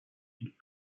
and